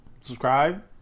subscribe